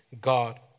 God